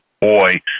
boy